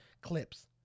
clips